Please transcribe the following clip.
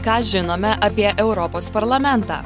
ką žinome apie europos parlamentą